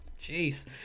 Jeez